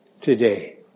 today